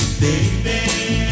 baby